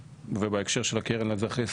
ובהקשר של הקרן לאזרחי ישראל,